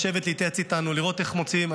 לשבת להתייעץ איתנו לראות איך מוצאים,